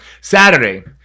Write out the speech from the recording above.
Saturday